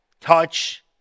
touch